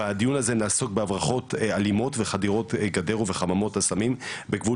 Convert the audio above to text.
בדיון הזה נעסוק בהברחות אלימות וחדירות גדר וחממות הסמים בגבול